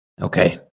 Okay